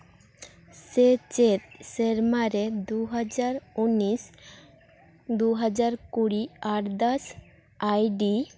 ᱥᱮᱪᱮᱫ ᱥᱮᱨᱢᱟ ᱨᱮ ᱫᱩ ᱦᱟᱡᱟᱨ ᱩᱱᱤᱥ ᱫᱩ ᱦᱟᱡᱟᱨ ᱠᱩᱲᱤ ᱟᱨᱫᱟᱥ ᱟᱭᱰᱤ ᱴᱩ ᱡᱤᱨᱳ ᱴᱩ